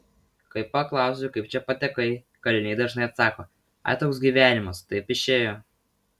kai paklausiu kaip čia patekai kaliniai dažnai atsako ai toks gyvenimas taip išėjo